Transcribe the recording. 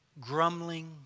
grumbling